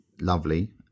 lovely